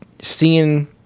seeing